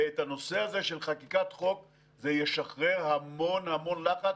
ואת הנושא הזה של חקיקת חוק זה ישחרר המון המון לחץ,